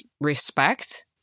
respect